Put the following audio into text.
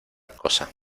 cosa